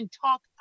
talk